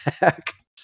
back